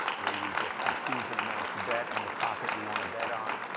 where you just can choose an amount to bet and the pocket you want to bet on.